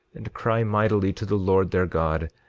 and cry mightily to the lord their god,